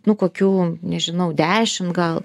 nu kokių nežinau dešimt gal